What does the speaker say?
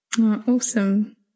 Awesome